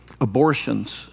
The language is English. abortions